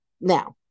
Now